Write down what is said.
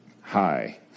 Hi